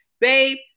babe